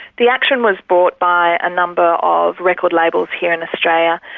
the action was brought by a number of record labels here in australia,